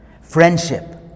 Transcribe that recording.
Friendship